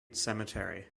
cemetery